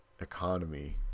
economy